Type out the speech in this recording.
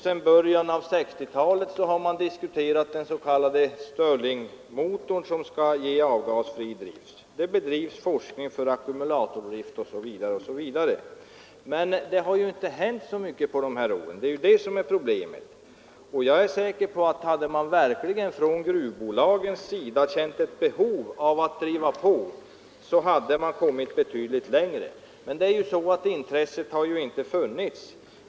Sedan början av 1960-talet har den s.k. sterlingmotorn diskuterats, som skall ge avgasfri drift, det bedrivs forskning för ackumulatordrift osv. Men det har ju inte hänt särskilt mycket under de här åren; det är det som är problemet. Jag är säker på att hade gruvbolagen känt ett verkligt behov av att driva på, hade man kommit betydligt längre. Det intresset har emellertid inte funnits.